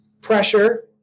pressure